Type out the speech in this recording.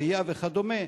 ראייה וכדומה,